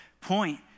point